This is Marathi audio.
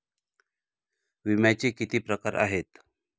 विम्याचे किती प्रकार आहेत?